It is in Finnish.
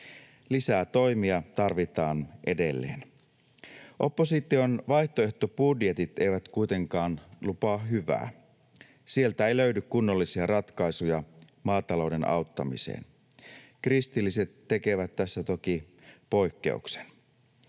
Lisää toimia tarvitaan edelleen. Opposition vaihtoehtobudjetit eivät kuitenkaan lupaa hyvää. Sieltä ei löydy kunnollisia ratkaisuja maatalouden auttamiseen. Kristilliset tekevät tässä toki poikkeuksen.